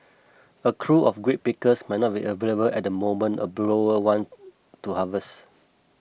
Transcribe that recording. a crew of grape pickers might not be available at the moment a grower want to harvest